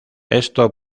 esto